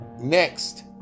next